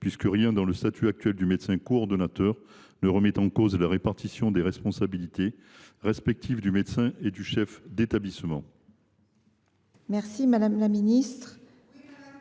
n’y a rien dans le statut actuel du médecin coordonnateur qui remette en cause la répartition des responsabilités respectives du médecin et du chef d’établissement.